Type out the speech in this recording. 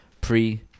pre